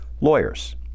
lawyers